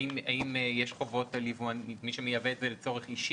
האם יש חובות על מי שמייבא את זה לצורך אישי?